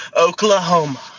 Oklahoma